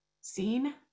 seen